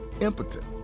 impotent